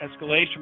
escalation